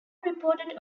reported